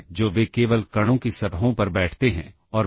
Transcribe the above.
code के कुछ हिस्सों को हम अंत में लगाएंगे